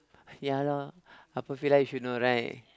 ya lor Haw-Par-Villa you should know right